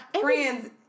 friends